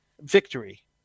victory